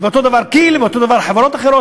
ואותו הדבר כי"ל, ואותו דבר חברות אחרות.